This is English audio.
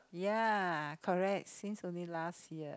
ya correct since only last year